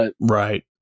Right